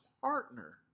partner